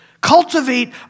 cultivate